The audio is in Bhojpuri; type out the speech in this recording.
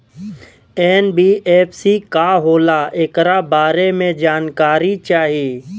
एन.बी.एफ.सी का होला ऐकरा बारे मे जानकारी चाही?